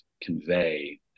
convey